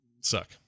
suck